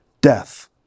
death